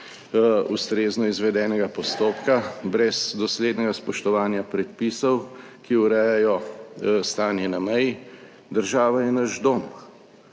ustrezno izvedenega postopka, brez doslednega spoštovanja predpisov, ki urejajo stanje na meji. Država je naš dom